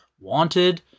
Wanted